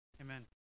amen